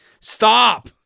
stop